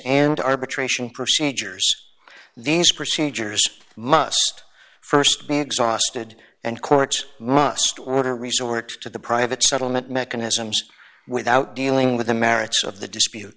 and arbitration procedures these procedures must st be exhausted and courts must water resort to the private settlement mechanisms without dealing with the merits of the dispute